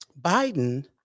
Biden